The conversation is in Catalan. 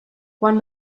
quan